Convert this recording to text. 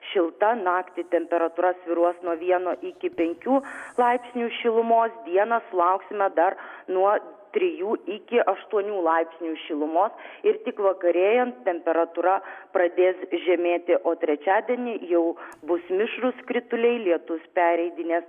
šilta naktį temperatūra svyruos nuo vieno iki penkių laipsnių šilumos dieną sulauksime dar nuo trijų iki aštuonių laipsnių šilumos ir tik vakarėjant temperatūra pradės žemėti o trečiadienį jau bus mišrūs krituliai lietus pereidinės